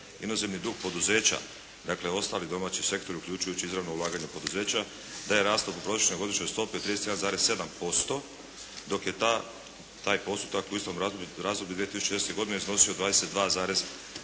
inozemni dug poduzeća dakle ostali domaći sektori uključujući izravno ulaganje poduzeća, da je rast po prosječnoj godišnjoj stopi od 31,7%, dok je taj postotak u istom razdoblju 2006. godine iznosio 22,9%,